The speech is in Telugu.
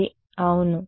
ఇంటర్ఫేస్ ఉంది అవును